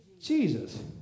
Jesus